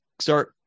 start